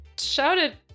shouted